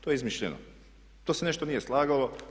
To je izmišljeno, to se nešto nije slagalo.